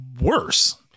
worse